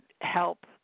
help